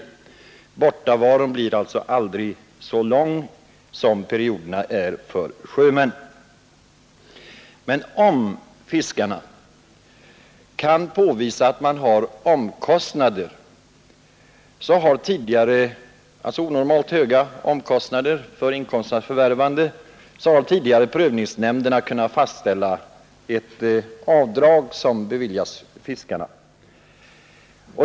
Bortavaron blir alltså aldrig så lång som perioderna för sjömän. Men om fiskarna kan påvisa att de har onormalt höga omkostnader för inkomsternas förvärvande har tidigare prövningsnämnderna kunnat fastställa ett avdrag som beviljas fiskarna.